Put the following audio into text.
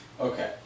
Okay